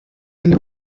will